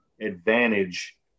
advantage